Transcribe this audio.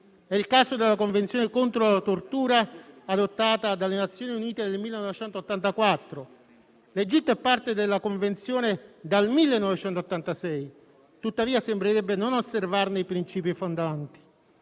È il caso della Convenzione contro la tortura adottata dalle Nazioni Unite nel 1984. L'Egitto è parte della Convenzione dal 1986, tuttavia sembrerebbe non osservarne i principi fondanti.